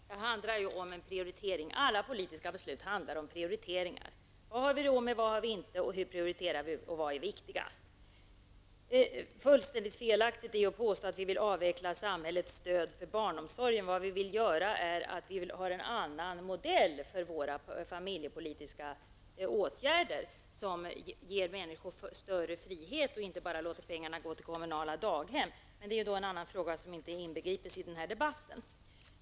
Fru talman! Det handlar ju om en prioritering. Alla politiska beslut handlar om prioriteringar. Vi måste ställa frågorna: Vad har vi råd med, och vad har vi inte råd med? Hur prioriterar vi, och vad är viktigast? Det är fullständigt felaktigt att påstå att vi moderater vill avveckla samhällets stöd till barnomsorgen. Men vi har en annan modell för våra familjepolitiska åtgärder, som ger människor större frihet och inte låter pengarna gå till bara kommunala daghem. Men det är en annan fråga, som inte inbegrips i den här debatten.